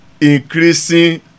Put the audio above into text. increasing